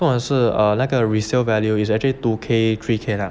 不管是那个 resale value is actually two K three K lah